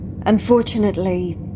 Unfortunately